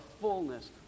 fullness